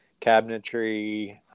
Cabinetry